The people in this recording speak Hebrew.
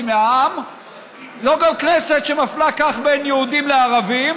מהעם זו גם כנסת שמפלה כך בין יהודים לערבים,